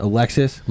Alexis